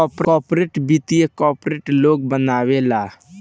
corporate वित्त corporate लोग बनावेला